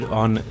on